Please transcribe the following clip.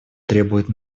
требует